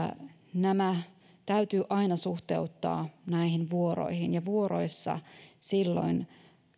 nämä täytyy aina suhteuttaa näihin vuoroihin ja vuoroissa silloin